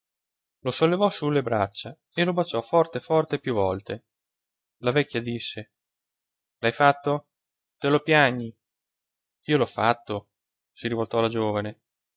lo sollevò su le braccia e lo baciò forte forte più volte la vecchia disse l'hai fatto te lo piagni io l'ho fatto si rivoltò la giovane